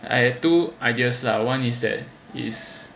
I've two ideas lah one is that there is